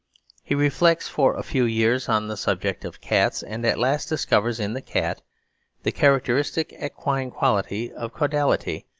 he reflects for a few years on the subject of cats and at last discovers in the cat the characteristic equine quality of caudality,